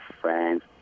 friends